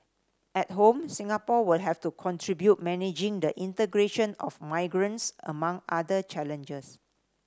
at home Singapore will have to contribute managing the integration of immigrants among other challenges